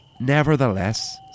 Nevertheless